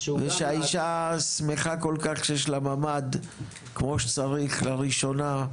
והאישה שמחה כל כך שיש לה ממ"ד כמו שצריך לראשונה,